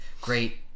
great